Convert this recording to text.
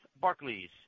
Barclays